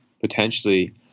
potentially